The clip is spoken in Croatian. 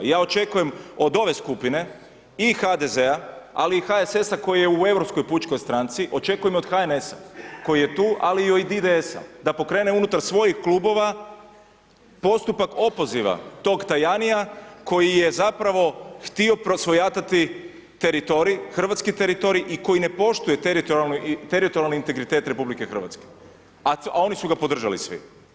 I ja očekujem od ove skupine i HDZ-a i HSS-a koji je u Europskoj pučkoj stranici, očekujem od HNS-a koji je tu, ali i od DDS-a da pokrene unutar svojih klubova, postupak opoziva tog Tajanija, koji je zapravo htio prosvojatati teritorij, hrvatski teritorij i koji ne poštuje teritorijalni integritet RH, a oni su ga podržali svi.